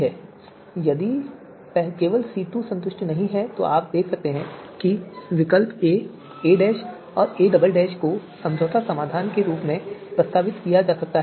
इसलिए यदि केवल C2 संतुष्ट नहीं है तो आप देख सकते हैं कि विकल्प a a और a को समझौता समाधान के रूप में प्रस्तावित किया जा सकता है